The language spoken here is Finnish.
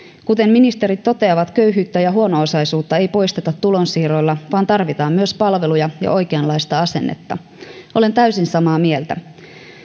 kuten ministerit toteavat köyhyyttä ja huono osaisuutta ei poisteta tulonsiirroilla vaan tarvitaan myös palveluja ja oikeanlaista asennetta olen täysin samaa mieltä